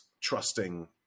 trusting